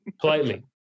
politely